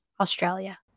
Australia